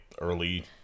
early